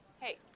Hey